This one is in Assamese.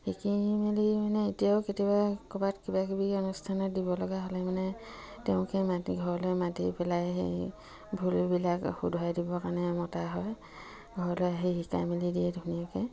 শিকি মেলি মানে এতিয়াও কেতিয়াবা ক'ৰবাত কিবা কিবি অনুষ্ঠানত দিব লগা হ'লে মানে তেওঁকে মাতি ঘৰলৈ মাতি পেলাই সেই ভুলবিলাক শুধৰাই দিবৰ কাৰণে মতা হয় ঘৰলৈ আহি শিকাই মেলি দিয়ে ধুনীয়াকৈ